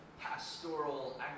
pastoral